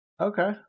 Okay